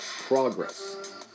progress